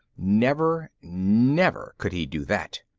never, never, could he do that!